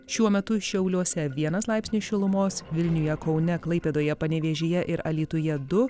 šiuo metu šiauliuose vienas laipsnis šilumos vilniuje kaune klaipėdoje panevėžyje ir alytuje du